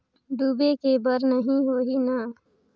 डूबे के बर नहीं होही न?